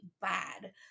bad